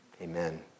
Amen